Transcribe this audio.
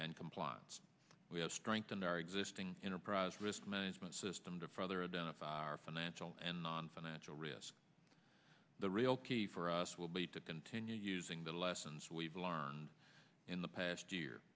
and compliance we have strengthened our existing enterprise risk management system to further identify our financial and non financial risk the real key for us will be dipping to new using the lessons we've learned in the past year